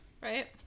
Right